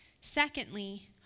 Secondly